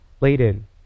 laden